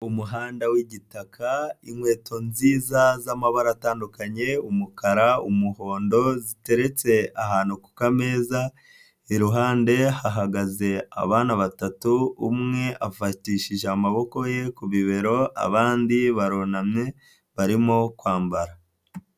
Umuhanda w'igitaka, inkweto nziza zamabara atandukanye: umukara, umuhondo, ziteretse ahantu ku kameza, iruhande hahagaze abana batatu, umwe afatishije amaboko ye ku bibero, abandi barunamye barimo kwambara.